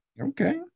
okay